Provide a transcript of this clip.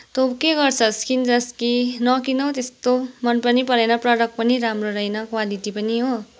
तँ के गर्छस् किन्छस् कि नकिन हौ त्यस्तो मन पनि परेन प्रडक्ट पनि राम्रो रहेन क्वालिटी पनि हो